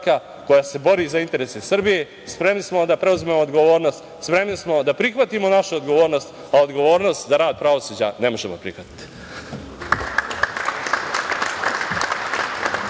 koja se bori za interese Srbije. Spremni smo da preuzmemo odgovornost, spremni smo da prihvatimo našu odgovornost, a odgovornost za rad pravosuđa ne možemo prihvatiti.